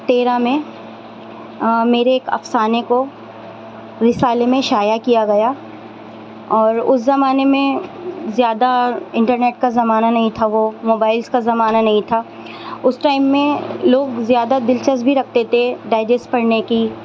تیرہ میں میرے ایک افسانے کو رسالے میں شائع کیا گیا اور اس زمانے میں زیادہ انٹرنیٹ کا زمانہ نہیں تھا وہ موبائلس کا زمانہ نہیں تھا اس ٹائم میں لوگ زیادہ دلچسپی رکھتے تھے ڈائجسٹ پڑھنے کی